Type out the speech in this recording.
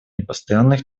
непостоянных